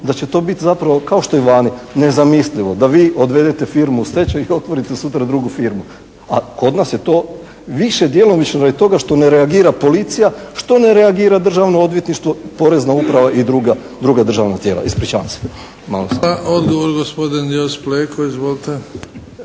da će to biti zapravo kao što je vani nezamislivo da vi odvedete firmu u stečaj i otvorite sutra drugu firmu. A kod nas to više djelomično radi toga što ne reagira policija, što ne reagira državno odvjetništvo, porezna uprava i druga državna tijela. Ispričavam se. **Bebić, Luka (HDZ)** Hvala.